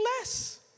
less